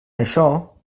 això